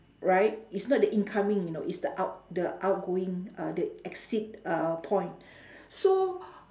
right it's not the incoming you know it's the out the outgoing uh the exit uh point so